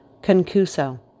Concuso